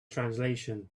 translation